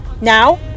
Now